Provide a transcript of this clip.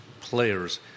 players